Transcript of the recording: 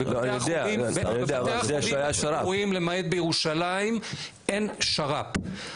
בבתי החולים הציבוריים למעט בירושלים אין שר"פ.